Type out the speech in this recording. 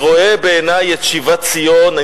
אני רואה בעיני את שיבת ציון.